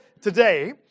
today